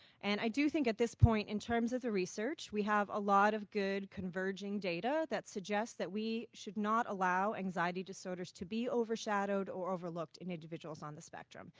and i do think at this point in terms of the research, we have a lot of good converging data that suggests that we should not allow anxiety disorders to be overshadowed or overlooked in individuals on the spectrum.